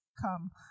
come